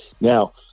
Now